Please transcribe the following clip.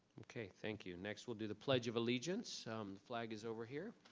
okay, thank you, next we'll do the pledge of allegiance. flag is over here.